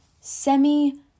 semi